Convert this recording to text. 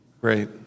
Great